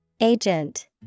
Agent